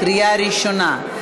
לקריאה הראשונה.